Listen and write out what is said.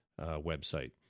website